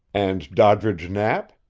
and doddridge knapp?